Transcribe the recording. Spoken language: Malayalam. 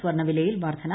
സ്വർണ്ണവിലയിൽ വർദ്ധന